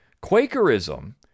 Quakerism